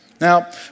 Now